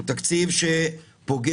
הוא תקציב שפוגע